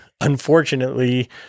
unfortunately